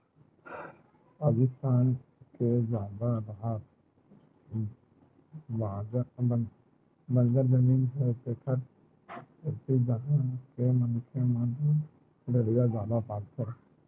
राजिस्थान के जादा डाहर बंजर जमीन हे तेखरे सेती उहां के मनखे मन ह भेड़िया जादा पालथे